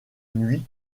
nuit